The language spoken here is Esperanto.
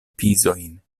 pizojn